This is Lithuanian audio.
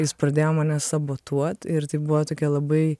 jis pradėjo mane sabotuot ir tai buvo tokia labai